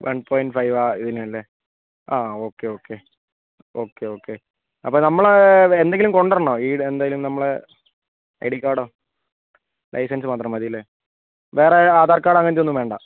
one point five ആണ് ഇതിന് അല്ലേ ആ ഓക്കെ ഓക്കെ ഓക്കെ ഓക്കെ അപ്പോൾ നമ്മൾ എന്തെങ്കിലും കൊണ്ടുവരണോ ഈ എന്തെങ്കിലും നമ്മൾ ഐ ഡി കാർഡോ ലൈസൻസ് മാത്രം മതി അല്ലേ വേറെ ആധാർ കാർഡ് അങ്ങനത്തെ ഒന്നും വേണ്ട